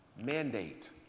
mandate